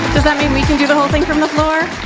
does that mean we can do the whole thing from the floor?